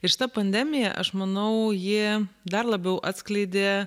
ir šita pandemija aš manau ji dar labiau atskleidė